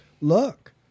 look